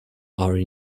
are